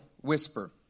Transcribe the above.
whisper